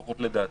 לפחות לדעתי.